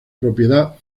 propiedad